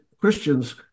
Christians –